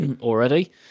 already